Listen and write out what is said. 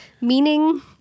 Meaning